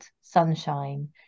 sunshine